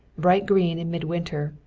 bright green in midwinter,